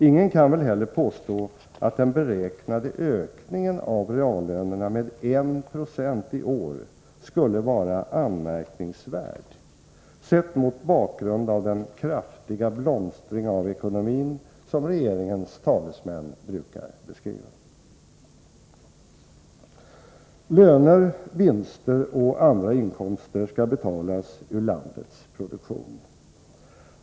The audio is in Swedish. Ingen kan väl heller påstå att den beräknade ökningen av reallönerna med 1 90 i år skulle vara anmärkningsvärd sett mot bakgrund av den kraftiga blomstring av ekonomin som regeringens talesmän brukar beskriva. Löner, vinster och andra inkomster skall betalas ur landets produktion.